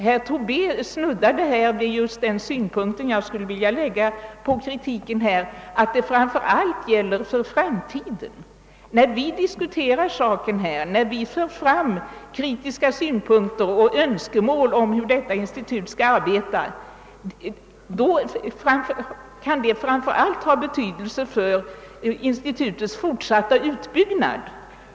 Herr Tobé snuddade just vid den synpunkt jag skulle vilja lägga på de i reservationen framförda förslagen, nämligen att de framför allt bör gälla framtiden. När vi här diskuterar saken och framför kritiska synpunkter och önskemål om hur detta institut skall arbeta, bör det framför allt ha betydelse för institutets fortsatta utbyggnad.